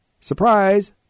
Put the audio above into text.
Surprise